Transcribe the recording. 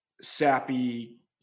sappy